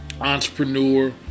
entrepreneur